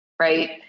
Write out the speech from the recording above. right